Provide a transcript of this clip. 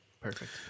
Perfect